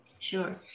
Sure